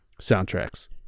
soundtracks